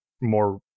more